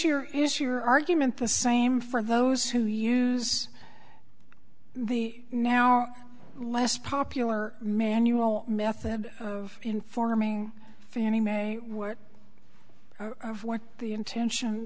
your is your argument the same for those who use the now less popular manual method of informing fannie mae or what the intention